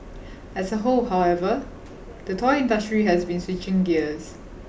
as a whole however the toy industry has been switching gears